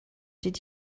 did